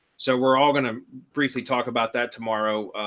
so we're all going to briefly talk about that tomorrow.